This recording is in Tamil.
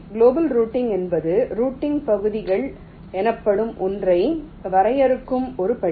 குளோபல் ரூட்டிங் என்பது ரூட்டிங் பகுதிகள் எனப்படும் ஒன்றை வரையறுக்கும் ஒரு படி